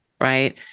Right